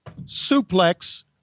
suplex